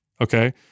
okay